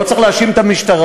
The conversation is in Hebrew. לא צריך להאשים את המשטרה.